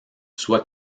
sois